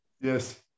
yes